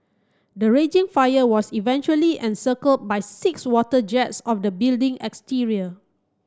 the raging fire was eventually encircled by six water jets of the building exterior